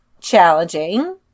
challenging